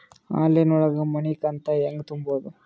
Online ಒಳಗ ಮನಿಕಂತ ಹ್ಯಾಂಗ ತುಂಬುದು?